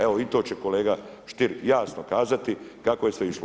Evo i to će kolega Stier jasno kazati kako se išlo.